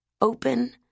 Open